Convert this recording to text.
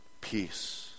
peace